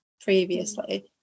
previously